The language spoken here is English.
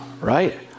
right